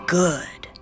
good